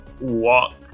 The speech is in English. walk